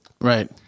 right